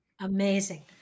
Amazing